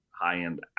high-end